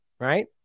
right